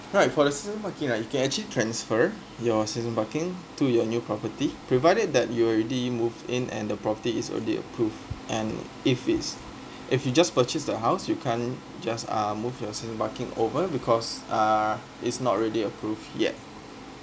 alright for the season parking right you can actually transfer your season parking to your new property provided that you already moved in and the property is already approved and if it's if you just purchase the house you can't just uh move your season parking over because uh it's not already approved yet